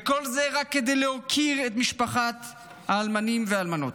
וכל זה רק כדי להוקיר את משפחת האלמנים והאלמנות.